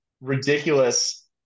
ridiculous